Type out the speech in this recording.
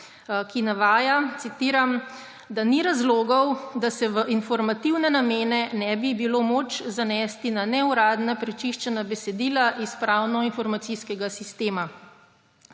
ki navaja, citiram, »da ni razlogov, da se v informativne namene ne bi bilo moč zanesti na neuradna prečiščena besedila iz pravno-informacijskega sistema«.